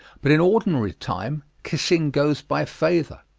but in ordinary time, kissing goes by favor.